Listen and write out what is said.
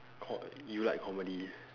co~ you like comedy